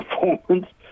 performance –